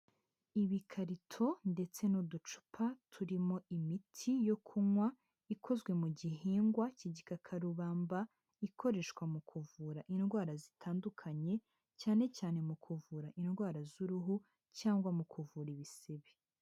Ibikarito ndetse n'uducupa turimo imiti yo kunywa ikozwe mu gihingwa cy'igikakarubamba, ikoreshwa mu kuvura indwara zitandukanye, cyane cyane mu kuvura indwara z'uruhu cyangwa mu kuvura ibisebe.